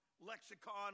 lexicon